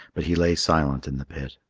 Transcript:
but he lay silent in the pit.